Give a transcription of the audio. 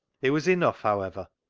it was enough, however.